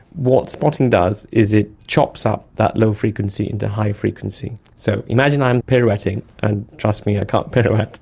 what spotting does is it chops up that low frequency into high-frequency. so imagine i am pirouetting, and trust me, i can't pirouette,